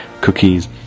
cookies